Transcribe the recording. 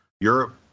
europe